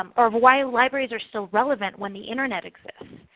um or why libraries are still relevant when the internet exists.